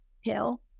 hill